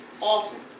often